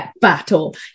battle